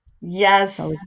Yes